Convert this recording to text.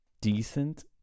decent